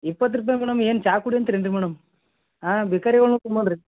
ಇಪ್ಪತ್ತು ರೂಪಾಯಿ ಮೇಡಮ್ ಏನು ಚಾ ಕುಡಿ ಅಂತೀರಿ ಏನು ರಿ ಮೇಡಮ್ ಹಾಂ ಭಿಕಾರಿಗಳನ್ನೂ ರೀ